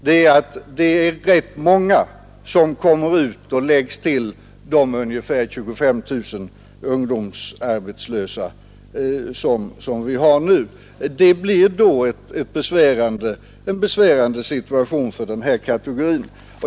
Men ett ganska stort antal kommer att läggas till de ungefär 25 000 ungdomsarbetslösa som vi nu har. Situationen blir då mycket besvärande.